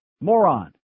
moron